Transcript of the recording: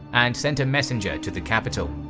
and sent a messenger to the capital.